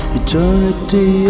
eternity